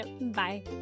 Bye